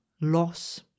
loss